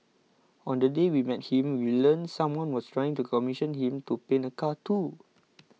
on the day we met him we learnt someone was trying to commission him to paint a car too